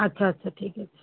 আচ্ছা আচ্ছা ঠিক আছে